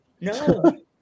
No